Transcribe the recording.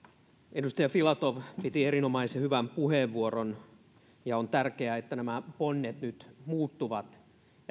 edustaja filatov piti erinomaisen hyvän puheenvuoron on tärkeää että nämä ponnet nyt muuttuvat